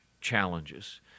challenges